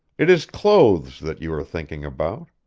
it is clothes that you are thinking about.